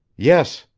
yes,